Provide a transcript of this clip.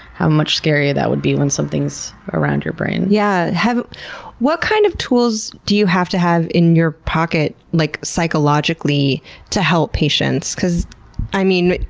how much scarier that would be when something's around your brain. yeah what kind of tools do you have to have in your pocket like psychologically to help patients? because i mean,